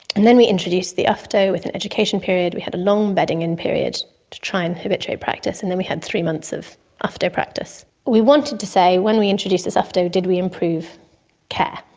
and then we introduced the ufto with an education period, we had a long bedding-in period to try and habituate practice, and then we had three months of ufto practice. we wanted to say when we introduced this ufto, did we improve care?